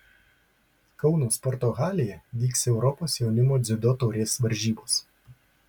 kauno sporto halėje vyks europos jaunimo dziudo taurės varžybos